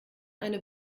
eine